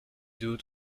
due